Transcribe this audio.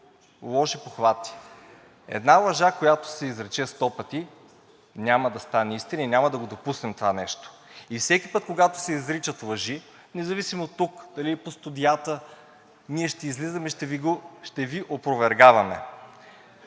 лоши похвати. Една лъжа, която се изрече 100 пъти, няма да стане истина и няма да го допуснем това нещо. И всеки път, когато се изричат лъжи – независимо дали тук, дали по студията, ние ще излизаме и ще Ви опровергаваме.